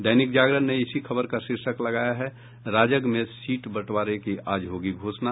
दैनिक जागरण ने इसी खबर का शीर्षक लगाया है राजग में सीट बंटवारे की आज होगी घोषणा